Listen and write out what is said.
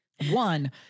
One